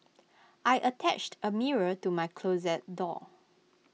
I attached A mirror to my closet door